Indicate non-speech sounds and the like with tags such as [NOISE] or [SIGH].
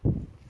[BREATH]